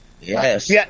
Yes